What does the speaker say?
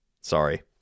Sorry